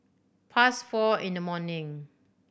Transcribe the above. past four in the morning